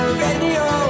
radio